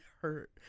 hurt